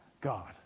God